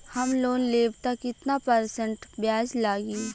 हम लोन लेब त कितना परसेंट ब्याज लागी?